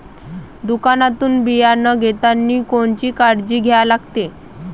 दुकानातून बियानं घेतानी कोनची काळजी घ्या लागते?